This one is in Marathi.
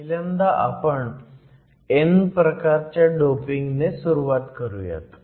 पहिल्यांदा आपण n प्रकारच्या डोपिंग ने सुरुवात करूयात